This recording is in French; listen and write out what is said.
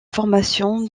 formation